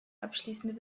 abschließende